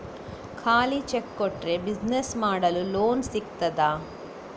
ಖಾಲಿ ಚೆಕ್ ಕೊಟ್ರೆ ಬಿಸಿನೆಸ್ ಮಾಡಲು ಲೋನ್ ಸಿಗ್ತದಾ?